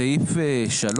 בסעיף (3)